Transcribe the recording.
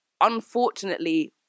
unfortunately